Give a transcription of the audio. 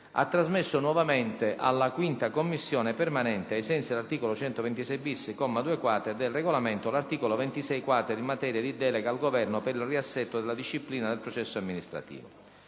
ha trasmesso nuovamente alla 5ª Commissione permanente, ai sensi dell’articolo 126-bis, comma 2-quater, del Regolamento, l’articolo 26-quater in materia di delega al Governo per il riassetto della disciplina del processo amministrativo.